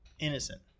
innocent